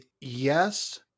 Yes